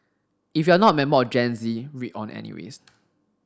if you're not a member of Gen Z read on anyways